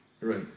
Right